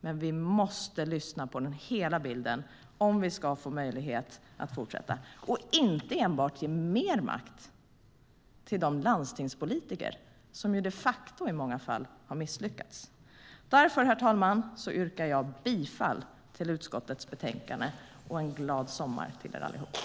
Men vi måste se på hela bilden om vi ska få möjlighet att fortsätta och inte enbart ge mer makt till de landstingspolitiker som de facto i många fall har misslyckats. Därför, herr talman, yrkar jag bifall till utskottets förslag i betänkandet och önskar er allihop en glad sommar.